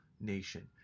nation